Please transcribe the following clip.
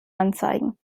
anzeigen